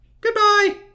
goodbye